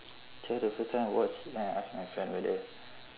try the first time I watch then I ask my friend whether